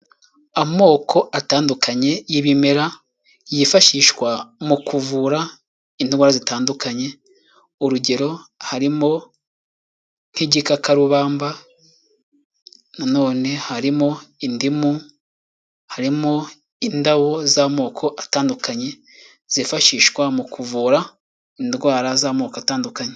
Amoko atandukanye y'ibimera yifashishwa mu kuvura indwara zitandukanye; urugero harimo nk'igikakarubamba, nanone harimo indimu, harimo indabo z'amoko atandukanye zifashishwa mu kuvura indwara z'amoko atandukanye.